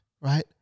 right